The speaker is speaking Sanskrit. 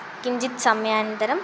किञ्चित् समयानन्तरं